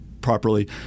properly